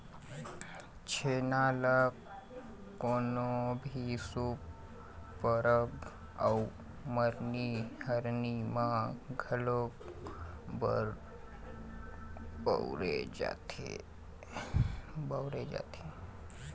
छेना ल कोनो भी शुभ परब अउ मरनी हरनी म घलोक बउरे जाथे